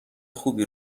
خوبی